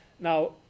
Now